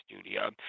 studio